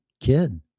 kid